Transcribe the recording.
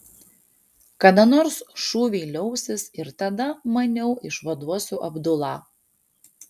kada nors šūviai liausis ir tada maniau išvaduosiu abdulą